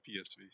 PSV